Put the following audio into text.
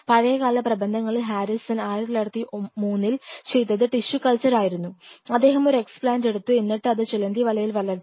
പഴയകാല പ്രബന്ധങ്ങളിൽ ഹാരിസൺ 1903 ചെയ്തത് ടിഷ്യുകൾച്ചർ ആയിരുന്നു അദ്ദേഹം ഒരു എക്സ്പ്ലാൻറ് എടുത്തു എന്നിട്ട് അത് ചിലന്തിവലയിൽ വളർത്തി